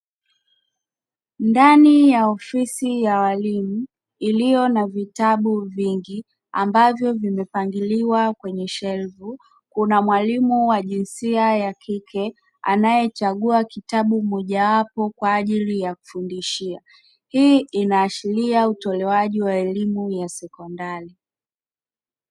Ndani ya ofisi ya walimu iliyo na vitabu vingi; ambavyo vimepangiliwa kwenye shelfu, kuna mwalimu wa jinsia ya kike anayechagua kitabu mojawapo kwa ajili ya kufundisha. Hii inaashiria utolewaji wa elimu ya sekondari.